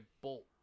bolt